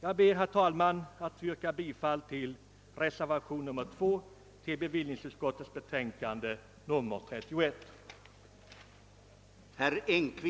Jag ber, herr talman, att få yrka bifall till reservationen 2.